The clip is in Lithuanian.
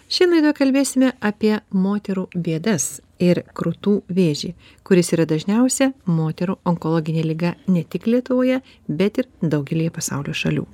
šian laidoje kalbėsime apie moterų bėdas ir krūtų vėžį kuris yra dažniausia moterų onkologinė liga ne tik lietuvoje bet ir daugelyje pasaulio šalių